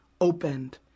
opened